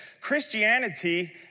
Christianity